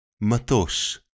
Matos